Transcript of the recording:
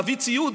מביא ציוד,